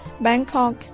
Bangkok